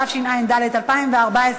התשע"ד 2014,